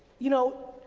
you know,